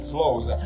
Flows